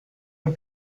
ein